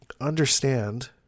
understand